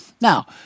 Now